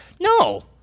No